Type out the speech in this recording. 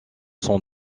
son